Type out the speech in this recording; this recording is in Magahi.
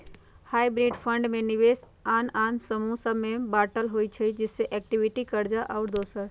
हाइब्रिड फंड में निवेश आन आन समूह सभ में बाटल होइ छइ जइसे इक्विटी, कर्जा आउरो दोसर